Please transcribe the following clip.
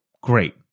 Great